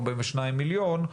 ארבעים ושניים מיליון.